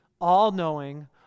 all-knowing